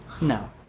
No